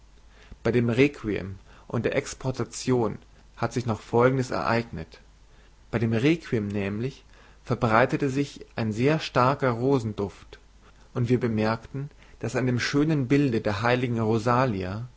bei dem requiem und der exportation hat sich noch folgendes ereignet bei dem requiem nämlich verbreitete sich ein sehr starker rosenduft und wir bemerkten daß an dem schönen bilde der heiligen rosalia